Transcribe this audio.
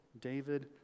David